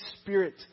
Spirit